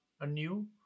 anew